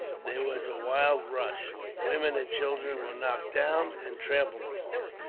there was a wild rush. women and children were knocked down and trampled upon.